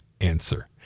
answer